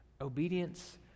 Obedience